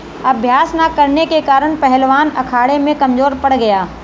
अभ्यास न करने के कारण पहलवान अखाड़े में कमजोर पड़ गया